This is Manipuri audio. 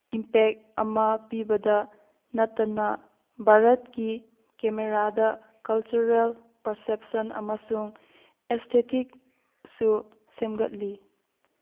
ꯏꯝꯄꯦꯛ ꯑꯃ ꯄꯤꯕꯗ ꯅꯠꯇꯅ ꯚꯥꯔꯠꯀꯤ ꯀꯦꯃꯦꯔꯥꯗ ꯀꯜꯆꯔꯦꯜ ꯄꯔꯁꯦꯞꯁꯟ ꯑꯃꯁꯨꯡ ꯏꯁꯊꯦꯊꯤꯛꯁꯨ ꯁꯦꯝꯒꯠꯂꯤ